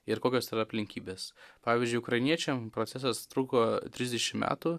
ir kokios yra aplinkybės pavyzdžiui ukrainiečiam procesas truko trisdešim metų